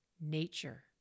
nature